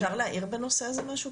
אפשר להעיר בנושא הזה משהו?